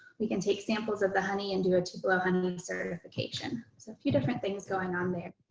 we can take samples of the honey and do a tupelo honey certification. so a few different things going on there.